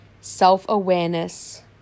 self-awareness